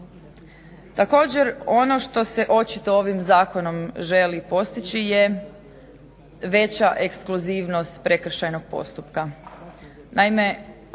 Također ono što se očito ovim zakonom želi postići je veća ekskluzivnost prekršajnog postupka.